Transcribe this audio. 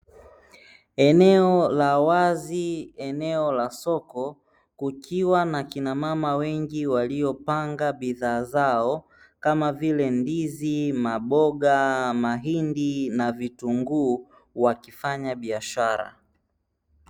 Eneo la wazi eneo la soko kukiwa na akina mama wengi waliopanga bidhaa zao kama vile ndizi maboga mahindi na vitunguu wakifanya biashara.